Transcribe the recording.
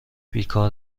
بیکار